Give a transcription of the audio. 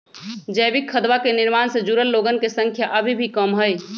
जैविक खदवा के निर्माण से जुड़ल लोगन के संख्या अभी भी कम हई